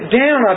down